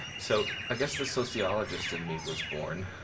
so i guess the sociologist in me was born